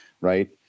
right